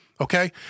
Okay